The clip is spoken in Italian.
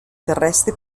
terrestre